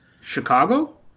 Chicago